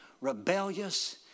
rebellious